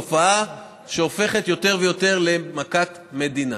תופעה שהופכת יותר ויותר למכת מדינה.